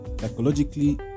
psychologically